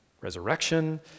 resurrection